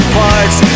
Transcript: parts